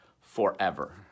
forever